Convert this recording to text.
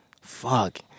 Fuck